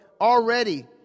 already